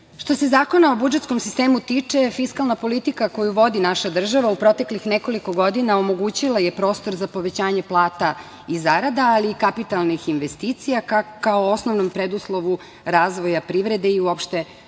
se Zakona o budžetskom sistemu tiče, fiskalna politika koju vodi naša država u proteklih nekoliko godina omogućila je prostor za povećanje plata i zarada, ali i kapitalnih investicija kao osnovnom preduslovu razvoja privrede i uopšte